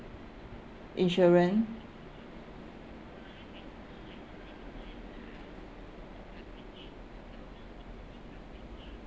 insurance